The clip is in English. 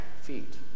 feet